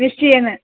निश्चयेन